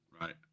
Right